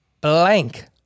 blank